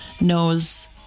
knows